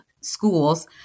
schools